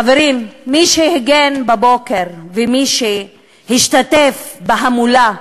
חברים, מי שהגן בבוקר, ומי שהשתתף בהמולה,